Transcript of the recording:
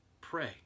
pray